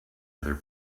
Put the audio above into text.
other